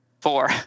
four